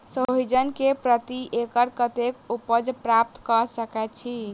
सोहिजन केँ प्रति एकड़ कतेक उपज प्राप्त कऽ सकै छी?